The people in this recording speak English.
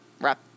Wrap